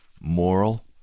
moral